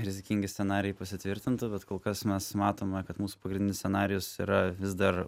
rizikingi scenarijai pasitvirtintų bet kol kas mes matome kad mūsų pagrindinis scenarijus yra vis dar